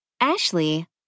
Ashley